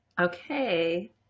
Okay